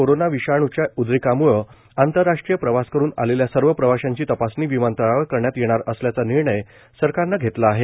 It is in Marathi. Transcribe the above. कोरोना विषाणूच्या उद्रेकामुळे आंतरराष्ट्रीय प्रवास करून आलेल्या सर्व प्रवाश्यांची तपासणी विमानतळावर करण्यात येणार असल्याचा निर्णय सरकारनं घेतला आहे